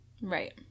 Right